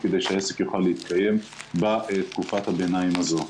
כדי שהעסק יוכל להתקיים בתקופת הביניים הזו.